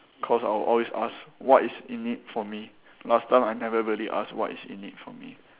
cause I'll always ask what is in it for me last time I never really ask what is in it for me